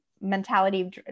mentality